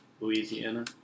Louisiana